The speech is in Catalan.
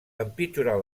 empitjorar